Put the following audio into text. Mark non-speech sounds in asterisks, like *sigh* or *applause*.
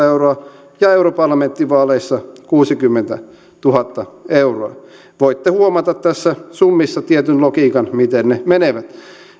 *unintelligible* euroa ja europarlamenttivaaleissa kuusikymmentätuhatta euroa voitte huomata näissä summissa tietyn logiikan miten ne menevät